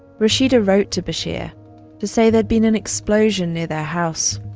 rashida wrote to bashir to say there'd been an explosion near their house.